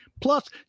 plus